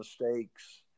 mistakes